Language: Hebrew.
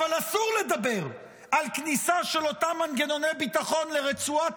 אבל אסור לדבר על כניסה של אותם מנגנוני ביטחון לרצועת